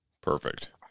Perfect